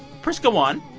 priska won.